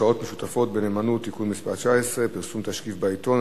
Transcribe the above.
השקעות משותפות בנאמנות (תיקון מס' 19) (פרסום תשקיף בעיתון),